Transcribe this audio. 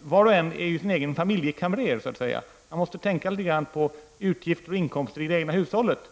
Var och en är så att säga sin egen familjekamrer. Det gäller att se över inkomster och utgifter i det egna hushållet.